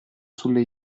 sulle